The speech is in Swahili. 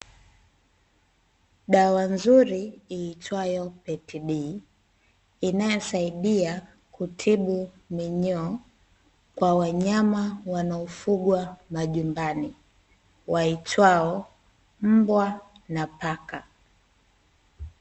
Dawa nzuri iitwayo "PET D" inayosaidia kutibu minyoo kwa wanyama wanaofugwa majumbani waitwao mbwa na paka.